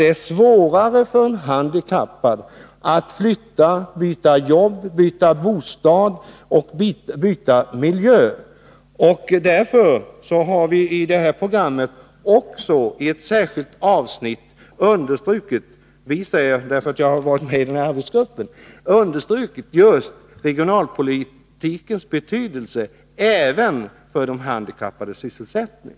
Det är svårare för en handikappad att flytta och att byta bostad, jobb och miljö, och därför har vi — jag säger vi därför att jag har varit med i den grupp som arbetat med programmet — i ett särskilt avsnitt understrukit just regionalpolitikens betydelse även för de handikappades sysselsättning.